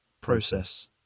process